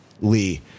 Lee